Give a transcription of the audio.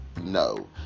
no